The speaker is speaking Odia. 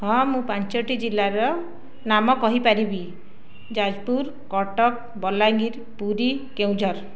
ହଁ ମୁଁ ପାଞ୍ଚଟି ଜିଲ୍ଲାର ନାମ କହିପାରିବି ଯାଜପୁର କଟକ ବଲାଙ୍ଗୀର ପୁରୀ କେଉଁଝର